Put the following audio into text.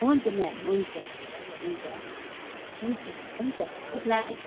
हुन्छ म्याम हुन्छ हुन्छ हुन्छ हुन्छ गुड नाइट